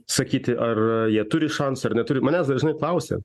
sakyti ar jie turi šansą ir neturi manęs dažnai klausia